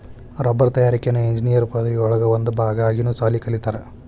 ರಬ್ಬರ ತಯಾರಿಕೆನ ಇಂಜಿನಿಯರ್ ಪದವಿ ಒಳಗ ಒಂದ ಭಾಗಾ ಆಗಿನು ಸಾಲಿ ಕಲಿತಾರ